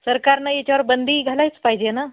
सरकारनं याच्यावर बंदी घालायच पाहिजे ना